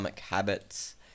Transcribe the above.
Habits